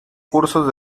cursos